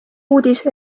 uudis